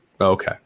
Okay